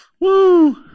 Woo